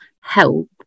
help